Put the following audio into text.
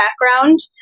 background